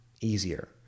easier